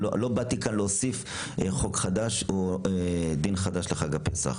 לא באתי לכאן להוסיף חוק חדש או דין חדש לחג הפסח.